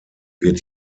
wird